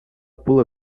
pula